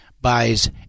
buys